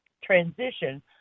transition